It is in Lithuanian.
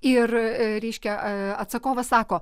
ir reiškia atsakovas sako